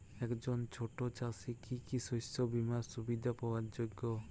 একজন ছোট চাষি কি কি শস্য বিমার সুবিধা পাওয়ার যোগ্য?